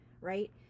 right